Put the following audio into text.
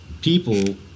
people